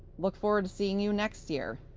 look forward to seeing you next year.